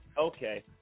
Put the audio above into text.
Okay